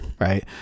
right